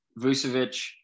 Vucevic